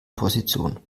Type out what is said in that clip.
position